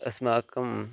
अस्माकम्